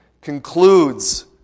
concludes